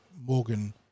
Morgan